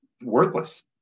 worthless